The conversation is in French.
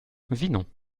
vinon